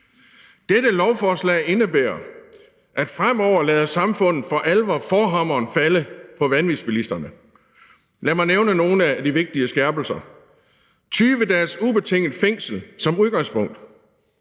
Dette lovforslag indebærer, at samfundet fremover for alvor lader forhammeren falde på vanvidsbilisterne. Lad mig nævne nogle af de vigtige skærpelser: 20 dages ubetinget fængsel som udgangspunkt;